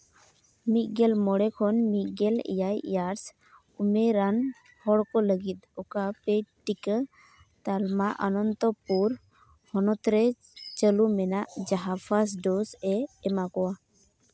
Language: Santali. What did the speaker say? ᱢᱤᱫᱜᱮᱞ ᱢᱚᱬᱮ ᱠᱷᱚᱱ ᱢᱤᱫᱜᱮᱞ ᱮᱭᱟᱭ ᱤᱭᱟᱨᱥ ᱩᱢᱮᱨᱟᱱ ᱦᱚᱲ ᱠᱚ ᱞᱟᱹᱜᱤᱫ ᱚᱱᱟ ᱯᱮ ᱰ ᱴᱤᱠᱟᱹ ᱛᱟᱞᱢᱟ ᱚᱱᱚᱱᱛᱚᱯᱩᱨ ᱦᱚᱱᱚᱛ ᱨᱮ ᱪᱟᱹᱞᱩ ᱢᱮᱱᱟᱜ ᱡᱟᱦᱟᱸ ᱯᱷᱟᱥᱴ ᱰᱳᱥ ᱮ ᱮᱢᱟ ᱠᱚᱣᱟ